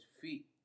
feet